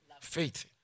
Faith